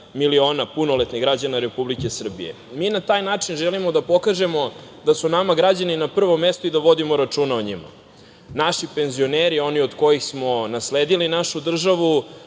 miliona punoletnih građana Republike Srbije. Mi na taj način želimo da pokažemo da su nama građani na prvom mestu i da vodimo računa o njima. Naši penzioneri, oni od kojih smo nasledili našu državu,